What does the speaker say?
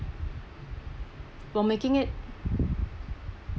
we're making it